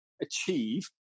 achieve